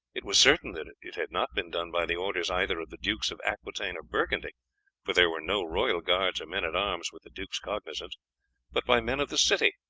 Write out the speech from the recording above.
it was certain that it had not been done by the orders either of the dukes of aquitaine or burgundy for there were no royal guards or men-at-arms with the duke's cognizance but by men of the city,